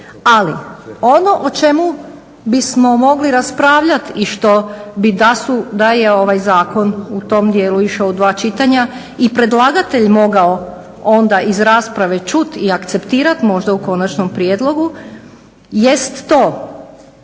Ali ono o čemu bismo mogli raspravljat i što bi da je ovaj zakon u tom dijelu išao u dva čitanja i predlagatelj mogao onda iz rasprave čut i akceptirat možda u konačnom prijedlogu jest to